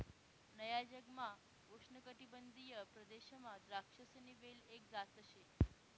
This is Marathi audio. नया जगमा उष्णकाटिबंधीय प्रदेशमा द्राक्षसनी वेल एक जात शे